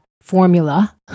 formula